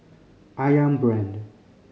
Ayam Brand